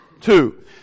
two